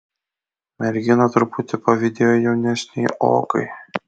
mergina truputį pavydėjo jaunesnei ogai